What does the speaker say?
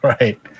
Right